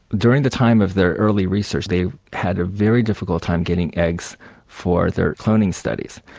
during the time of their early research they had a very difficult time getting eggs for their cloning studies,